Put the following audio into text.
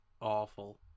awful